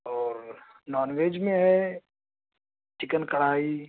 اور non veg میں ہے چکن کڑھائی